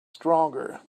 stronger